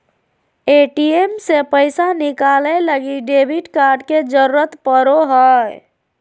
ATM से पैसा निकाले लगी डेबिट कार्ड के जरूरत पड़ो हय